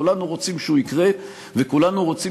כולנו רוצים שהוא יקרה וכולנו רוצים